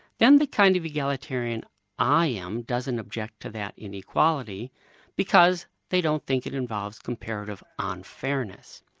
then the kind of egalitarian i am doesn't object to that inequality because they don't think it involves comparative unfairness.